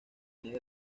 negra